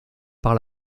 par